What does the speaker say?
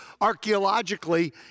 archaeologically